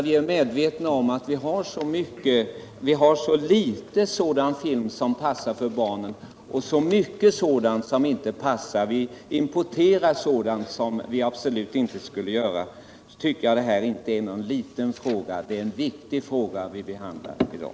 Vi är medvetna om att det finns så få filmer som passar för barn och så många som inte passar. Vi importerar ju sådana filmer som vi absolut inte borde importera. Därför tyckér jag inte att detta är en liten fråga, utan att det är en viktig fråga som vi behandlar i dag.